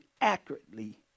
accurately